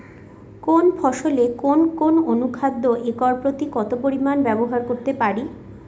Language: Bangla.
কোন ফসলে কোন কোন অনুখাদ্য একর প্রতি কত পরিমান ব্যবহার করতে পারি?